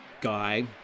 guy